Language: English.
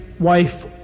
wife